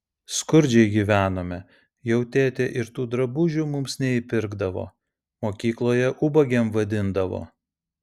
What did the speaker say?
skurdžiai gyvenome jau tėtė ir tų drabužių mums neįpirkdavo mokykloje ubagėm vadindavo